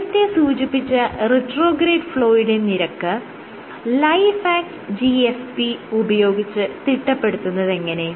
നേരത്തെ സൂചിപ്പിച്ച റിട്രോഗ്രേഡ് ഫ്ലോയുടെ നിരക്ക് Lifeact GFP ഉപയോഗിച്ച് തിട്ടപ്പെടുത്തുന്നതെങ്ങനെ